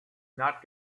not